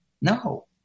No